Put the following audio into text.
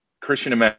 Christian